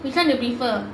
which [one] you prefer